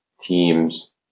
teams